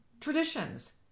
traditions